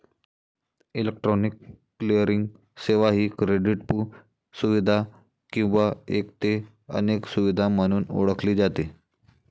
electronic clearing सेवा ही क्रेडिटपू सुविधा किंवा एक ते अनेक सुविधा म्हणून ओळखली जाते